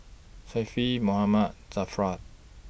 Syafiq Muhammad Zafran